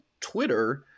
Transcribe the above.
Twitter